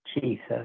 Jesus